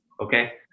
Okay